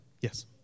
Yes